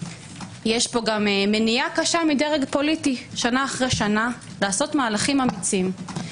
יש פה גם מניעה קשה מדרג פוליטי שנה אחרי שנה לעשות מהלכים אמיצים.